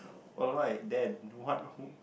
alright then what wh~